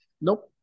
nope